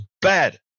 bad